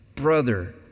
brother